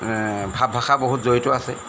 ভাৱ ভাষা বহুত জড়িত আছে